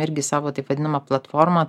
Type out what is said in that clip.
irgi savo taip vadinamą platformą